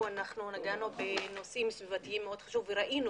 נגענו בנושאים סביבתיים מאוד חשובים וראינו